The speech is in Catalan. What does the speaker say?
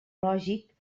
lògic